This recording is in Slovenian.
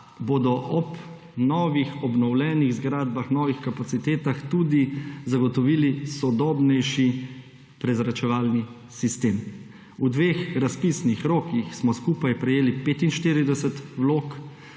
bodo ob novih, obnovljenih zgradbah, novih kapacitetah zagotovili tudi sodobnejši prezračevalni sistem. V teh razpisnih rokih smo skupaj prejeli 45 vlog,